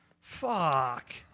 fuck